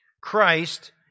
Christ